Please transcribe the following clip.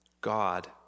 God